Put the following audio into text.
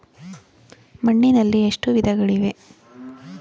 ಮಣ್ಣಿನಲ್ಲಿ ಎಷ್ಟು ವಿಧಗಳಿವೆ?